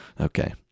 Okay